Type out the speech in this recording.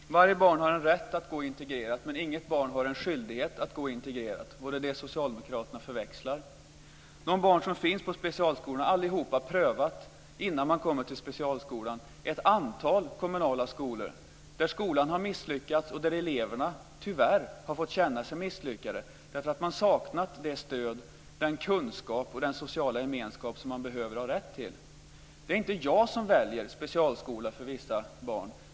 Fru talman! Varje barn har en rätt att gå integrerat, men inget barn har en skyldighet att gå integrerat. Det är det som socialdemokraterna förväxlar. Alla barn som finns i specialskolor har tidigare prövat ett antal kommunala skolor, där skolan har misslyckats och där eleverna tyvärr har fått känna sig misslyckade därför att de saknat det stöd, den kunskap och den sociala gemenskap som de behöver och har rätt till. Det är inte jag som väljer specialskola för vissa barn.